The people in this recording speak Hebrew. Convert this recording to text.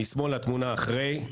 משמאל התמונה אחרי.